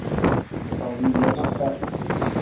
ᱦᱳᱭ ᱢᱮᱦᱱᱚᱛ